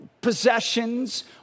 possessions